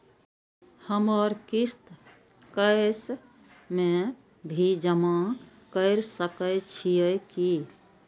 हमर किस्त कैश में भी जमा कैर सकै छीयै की?